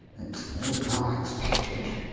it's more than i expected.